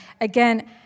Again